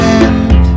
end